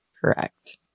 Correct